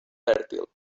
fèrtil